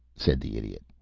said the idiot.